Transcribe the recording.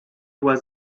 was